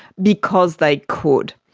because they could.